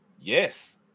yes